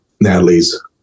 Natalie's